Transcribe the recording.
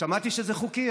שמעתי שזה חוקי,